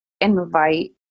invite